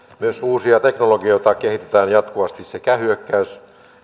myös uusia teknologioita kehitetään jatkuvasti sekä hyökkäys